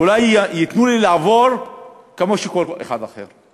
אולי ייתנו לי לעבור כמו כל אחד אחר,